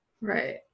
Right